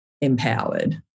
empowered